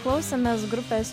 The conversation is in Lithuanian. klausėmės grupės